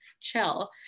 chill